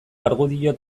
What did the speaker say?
argudio